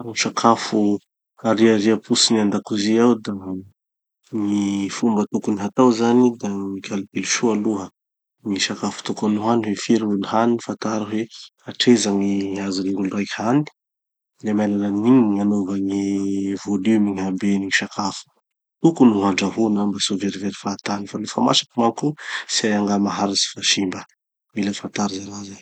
gny sakafo ariariam-potsiny andokozy ao da gny fomba tokony hatao zany da gny micalcul soa aloha gny sakafo tokony ho hany. Hoe firy gny ho hany, fataro heky. Hatreza gny azon'olo raiky hany. De amy alalan'igny gn'anaova gny volume gny haben'ny sakafo tokony ho handrahona mba tsy ho verivery fahatany. Fa nofa maharitsy manko, tsy hay angà maharitsy tsy ho simba. Mila fatary mialoha zay.